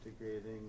integrating